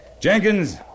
Jenkins